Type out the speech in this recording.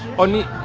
on it